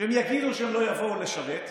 שהם יגידו שהם לא יבואו לשרת.